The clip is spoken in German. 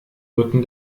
rücken